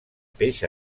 peix